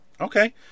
Okay